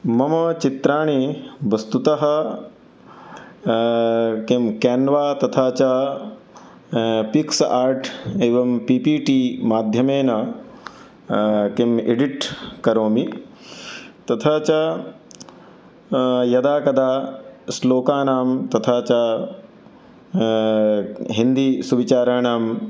मम चित्राणि वस्तुतः के केन्वा तथा च पिक्स् आर्ट् एवं पिपिटि माध्यमेन केम् एडिट् करोमि तथा च यदा कदा श्लोकानां तथा च हिन्दीसुविचाराणां